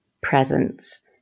presence